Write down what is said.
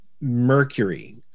Mercury